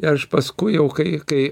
aš paskui jau kai kai